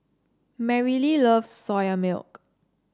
Merrily loves Soya Milk